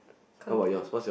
codeine